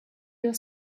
your